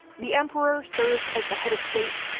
the emperor served as the head of state,